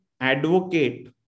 advocate